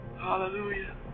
Hallelujah